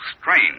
strange